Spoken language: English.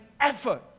effort